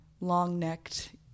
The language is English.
long-necked